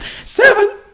Seven